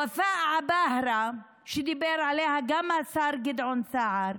ופאא עבאהרה, שדיבר עליה גם השר גדעון סער,